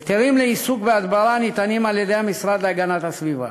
היתרים לעיסוק בהדברה ניתנים על-ידי המשרד להגנת הסביבה.